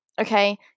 okay